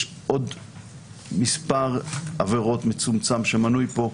יש עוד מספר עבירות מצומצם שמנויות פה,